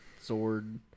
sword